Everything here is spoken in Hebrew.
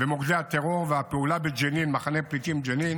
ומוקדי הטרור, והפעולה במחנה הפליטים ג'נין